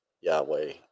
Yahweh